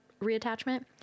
reattachment